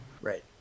Right